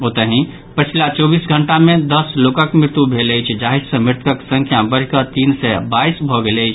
ओतहि पछिला चौबीस घंटा मे दस लोकक मृत्यु भेल अछि जाहि सँ मृतकक संख्या बढ़िकऽ तीन सय बाईस भऽ गेल अछि